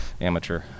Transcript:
amateur